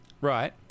right